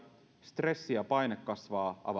stressi ja paine kasvavat aivan